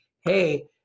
hey